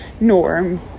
norm